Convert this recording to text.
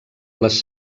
les